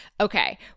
Okay